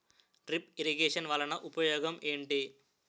drip irrigation వలన ఉపయోగం ఏంటి